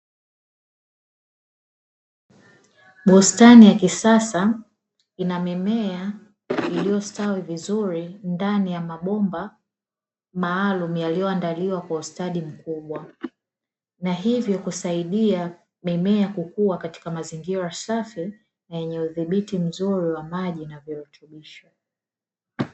Bustani ya kisasa ina mimea iliyo stawi vizuri ndani ya mabomba maalumu iliyo andaliwa kwa ustadi mkubwa, nahivyo kusaidia mimea kukua katika mazingira safi na yenye udhibiti mzuri wa maji na virutubisho.